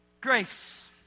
Grace